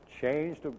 changed